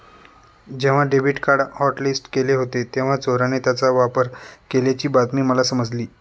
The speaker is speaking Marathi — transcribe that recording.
जेव्हा डेबिट कार्ड हॉटलिस्ट केले होते तेव्हा चोराने त्याचा वापर केल्याची बातमी मला समजली